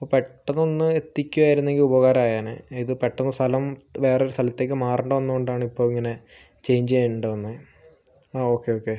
ഇപ്പോൾ പെട്ടന്നൊന്ന് എത്തിക്കുമായിരുന്നു എങ്കിൽ ഉപകാരായേനെ പെട്ടന്ന് സ്ഥലം വേറൊരു സ്ഥലത്തേക്ക് മാറേണ്ടി വന്നോണ്ടാണ് ഇപ്പോ ഇങ്ങനെ ചേഞ്ച് ചെയ്യേണ്ടിവന്നേ അ ഓക്കേ ഓക്കേ